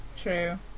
true